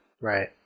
Right